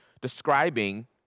describing